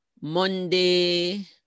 Monday